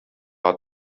hat